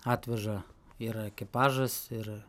atveža yra ekipažas ir